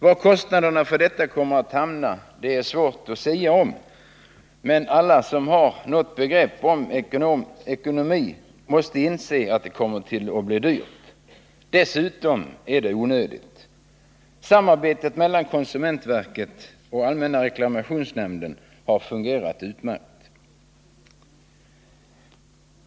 Var kostnaderna för detta kommer att hamna är det svårt att sia om. Men alla som har något begrepp om ekonomi måste inse att det blir dyrt, dessutom onödigt. Samarbetet mellan konsumentverket och allmänna reklamationsnämnden har fungerat alldeles utmärkt.